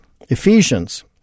Ephesians